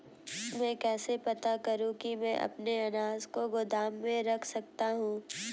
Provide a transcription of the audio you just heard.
मैं कैसे पता करूँ कि मैं अपने अनाज को गोदाम में रख सकता हूँ?